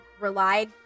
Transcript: relied